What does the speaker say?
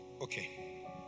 Okay